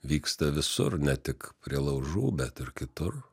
vyksta visur ne tik prie laužų bet ir kitur